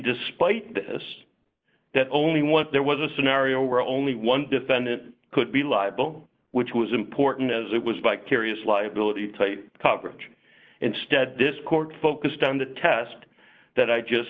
despite this that only once there was a scenario where only one defendant could be liable which was important as it was by curious liability coverage instead this court focused on the test that i just